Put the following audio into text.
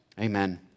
Amen